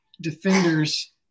defenders